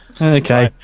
okay